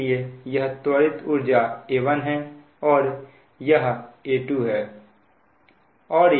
इसलिए यह त्वरित ऊर्जा A1 है और यह A2 है